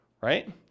Right